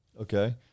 Okay